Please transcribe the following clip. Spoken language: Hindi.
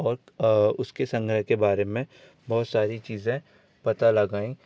और उसके संग्रह के बारे में बहुत सारी चीज़ें पता लगाई